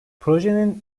projenin